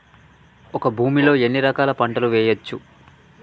ఒక భూమి లో ఎన్ని రకాల పంటలు వేయచ్చు?